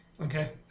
Okay